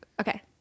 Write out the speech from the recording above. Okay